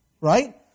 right